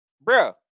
bro